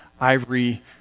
ivory